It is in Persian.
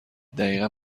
دقیقا